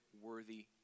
worthy